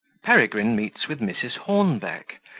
peregrine meets with mrs. hornbeck,